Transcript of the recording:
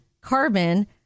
carbon